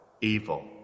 evil